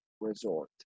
Resort